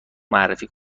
معرفی